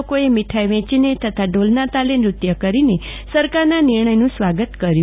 લોકોએ મીઠાઇ વહેંચીને તથા ઢોલના તાલે નૃત્ય કરીને સરકારના નિર્ણયનું સ્વાગત કર્યું